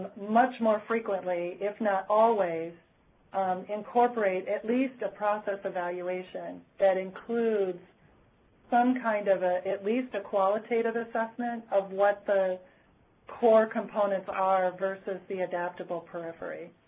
much more frequently if not always incorporate at least a process evaluation that includes some kind of a at least a qualitative assessment of what the core components are versus the adaptable periphery.